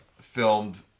filmed